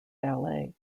ballet